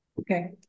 Okay